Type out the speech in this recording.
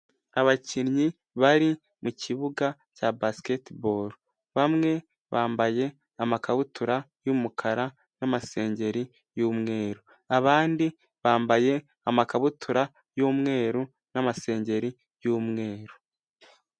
Abakinnyi bari mu kibuga cya basiketi bolo, bamwe bambaye amakabutura y'umukara n'amasengeri y'umweru, abandi bambaye amakabutura y'umweru n'amasengeri y'umweru.